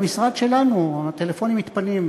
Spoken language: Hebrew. במשרד שלנו הטלפונים מתפנים.